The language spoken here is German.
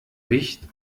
wicht